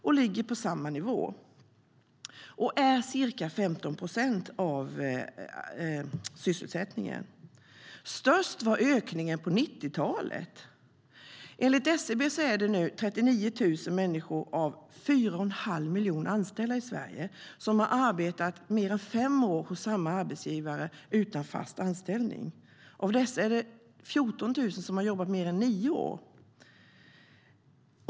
Den ligger på samma nivå och är ca 15 procent av sysselsättningen. Störst var ökningen på 90-talet. Enligt SCB är det nu 39 000 människor av 4 1⁄2 miljon anställda i Sverige som har arbetat mer än fem år hos samma arbetsgivare utan fast anställning.